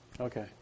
Okay